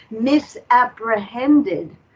misapprehended